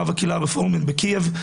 רב הקהילה הרפורמית בקייב,